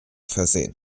versehen